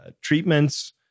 treatments